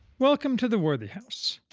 welcome to the worthy house,